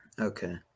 Okay